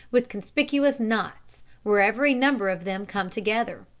with conspicuous knots wherever a number of them come together.